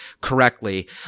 correctly